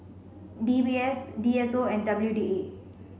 D B S D S O and W D A